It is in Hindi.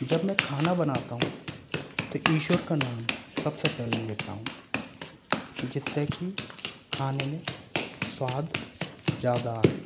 जब मैं खाना बनाता हूँ तो ईश्वर का नाम सबसे पहले लेता हूँ जिससे की खाने में स्वाद ज़्यादा आए